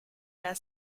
der